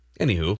anywho